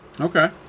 Okay